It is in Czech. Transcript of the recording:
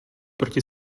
proti